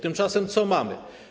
Tymczasem co mamy?